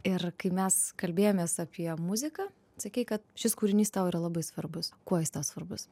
ir kai mes kalbėjomės apie muziką sakei kad šis kūrinys tau yra labai svarbus kuo jis svarbus